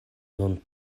nun